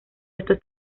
estos